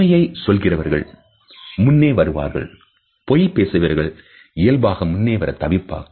உண்மையை சொல்கிறவர்கள் முன்னே வருவார்கள் பொய் பேசுகிறவர் இயல்பாகவே தவிர்ப்பார்கள்